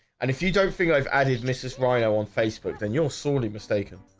and if you don't think i've added mrs. rio on facebook, then you're sorely mistaken